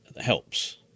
helps